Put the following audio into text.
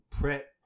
prep